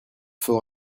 faut